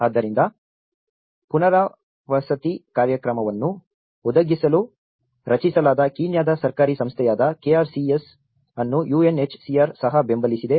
ಆದ್ದರಿಂದ ಪುನರ್ವಸತಿ ಕಾರ್ಯಕ್ರಮವನ್ನು ಒದಗಿಸಲು ರಚಿಸಲಾದ ಕೀನ್ಯಾದ ಸರ್ಕಾರಿ ಸಂಸ್ಥೆಯಾದ KRCS ಅನ್ನು UNHCR ಸಹ ಬೆಂಬಲಿಸಿದೆ ಮತ್ತು ಅವರು ಕೆಲವು ರೀತಿಯ ಬೆಂಬಲವನ್ನು ನೀಡಿದ್ದಾರೆ